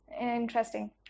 Interesting